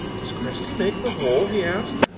does cresty make the hole? he asked.